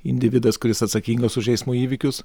individas kuris atsakingas už eismo įvykius